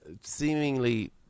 seemingly